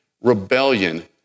rebellion